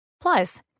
Plus